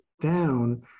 down